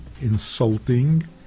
insulting